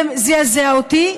זה זעזע אותי,